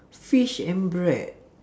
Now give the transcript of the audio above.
fish and bread